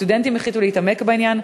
הסטודנטים החליטו להתעמק בעניין.